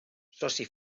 soci